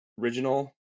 original